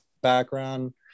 background